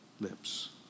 lips